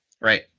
Right